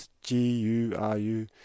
G-U-R-U